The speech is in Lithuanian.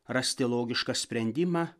rasti logišką sprendimą